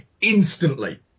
instantly